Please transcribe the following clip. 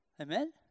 Amen